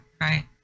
right